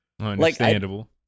Understandable